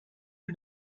you